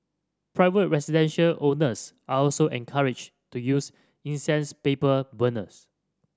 private residential owners are also encouraged to use incense paper burners